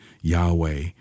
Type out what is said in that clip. Yahweh